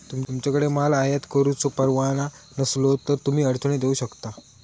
तुमच्याकडे माल आयात करुचो परवाना नसलो तर तुम्ही अडचणीत येऊ शकता